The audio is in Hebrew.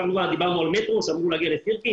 כמובן דיברנו על מטרו שאמור להגיע לסירקין.